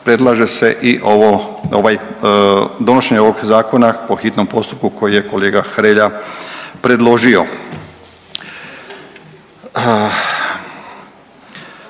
predlaže se i ovo, ovaj, donošenje ovog zakona po hitnom postupku koji je kolega Hrelja predložio.